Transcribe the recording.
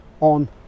on